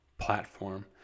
platform